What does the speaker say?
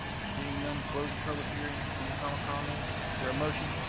seeing none, close the public hearing. any final comments? is there a motion?